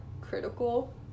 critical